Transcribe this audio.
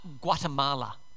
guatemala